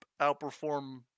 outperform